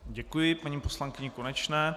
Děkuji paní poslankyni Konečné.